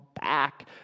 back